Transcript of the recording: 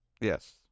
yes